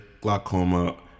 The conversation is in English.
glaucoma